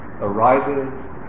arises